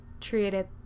treated